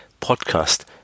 podcast